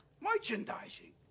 Merchandising